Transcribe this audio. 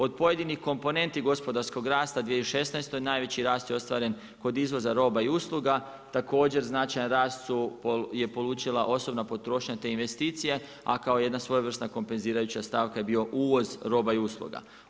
Od pojedinih komponenti gospodarskog rasta 2016. najveći rast je ostvaren kod izvoza roba i usluga, također, značajan rast je polučila osobna potrošnja te investicije, a kao jedna svojevrsna kompenzirajuća stavaka, je bio uvoz roba i usluga.